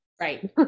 Right